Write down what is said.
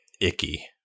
Icky